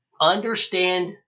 Understand